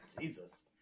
Jesus